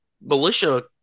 militia